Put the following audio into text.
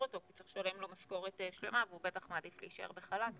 אותו כי צריך לשלם לו משכורת מלאה והוא בטח מעדיף להישאר בחל"ת.